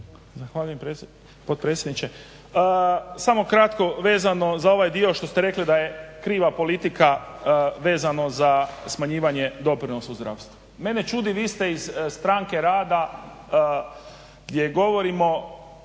Zahvaljujem potpredsjedniče. Samo kratko vezano za ovaj dio što ste rekli da je kriva politika vezano za smanjivanje doprinosa u zdravstvu. Mene čudi vi ste iz Stranke rada gdje govorimo